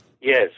Yes